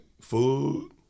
food